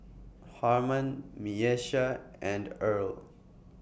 Harman Miesha and Earl